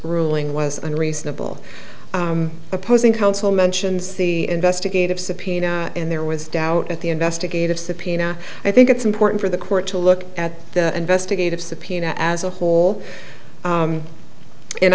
ruling was unreasonable opposing counsel mentions the investigative subpoena and there was doubt at the investigative subpoena i think it's important for the court to look at the investigative subpoena as a whole